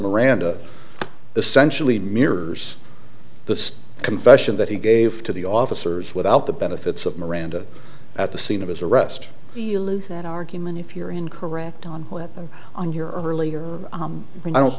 miranda essentially mirrors the confession that he gave to the officers without the benefits of miranda at the scene of his arrest we'll lose that argument if you're in correct on that on your earlier when i don't